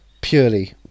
Purely